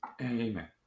Amen